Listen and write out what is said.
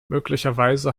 möglicherweise